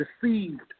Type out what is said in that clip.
deceived